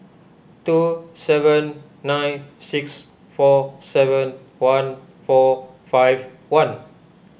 two seven nine six four seven one four five one